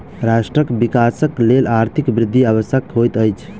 राष्ट्रक विकासक लेल आर्थिक वृद्धि आवश्यक होइत अछि